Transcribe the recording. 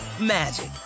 magic